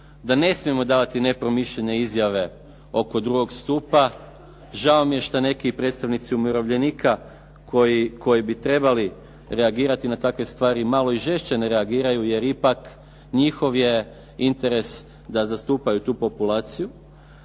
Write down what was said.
da ne smijemo davati nepromišljenje izjave oko drugog stupa. Žao mi je što neki predstavnici umirovljenika koji bi trebali reagirati na takve stvari malo i žešće ne reagiraju jer ipak njihov je interes da zastupaju tu populaciju,